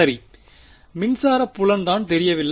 சரி மின்சார புலம் தான் தெரியவில்லை